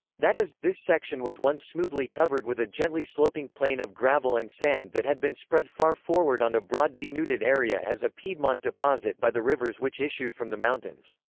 that is, this section was once smoothly covered with a gently sloping plain of gravel and sand that had been spread far forward on a broad denuded area as a piedmont deposit by the rivers which issued from the mountains.